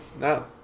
No